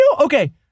okay